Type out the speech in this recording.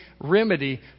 remedy